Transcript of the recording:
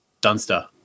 Dunster